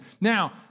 Now